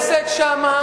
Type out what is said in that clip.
חבר הכנסת שאמה,